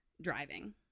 driving